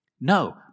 No